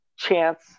chance